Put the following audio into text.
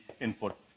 input